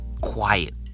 quiet